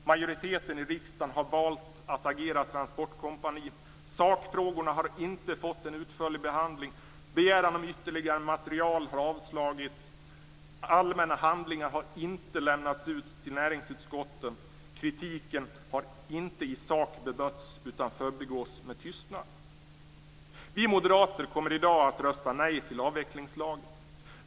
Majoriteten i riksdagen har valt att agera transportkompani. Sakfrågorna har inte fått en utförlig behandling. Begäran om ytterligare material har avslagits. Allmänna handlingar har inte lämnats ut till näringsutskottet. Kritiken har inte i sak bemötts, utan den förbigås med tystnad. Vi moderater kommer i dag att rösta nej till avvecklingslagen.